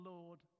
Lord